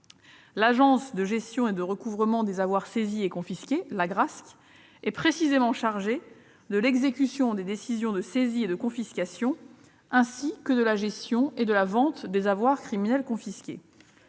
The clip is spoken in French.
L'Agence de gestion et de recouvrement des avoirs saisis et confisqués, l'Agrasc, est précisément chargée de l'exécution des décisions de saisie et de confiscation, ainsi que de la gestion et de la vente des avoirs criminels confisqués.